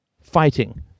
fighting